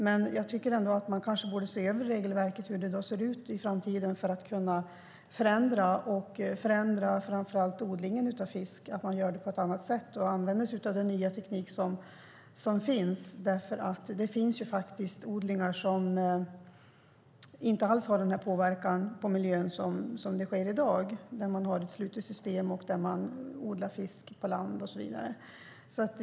Men jag tycker ändå att vi kanske borde se över regelverket inför framtiden för att kunna förändra framför allt odlingen av fisk så att man gör det på ett annat sätt och använder sig av den nya teknik som finns. Det finns faktiskt odlingar i dag som inte alls har den här påverkan på miljön. Det är ett slutet system där man odlar fisk på land och så vidare.